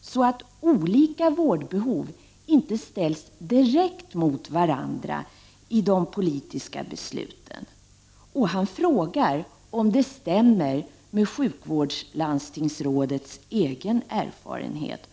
så att olika vårdbehov inte ställs direkt mot varandra i de politiska besluten. Och han frågar om det stämmer med sjukvårdslandstingsrådets egen erfarenhet.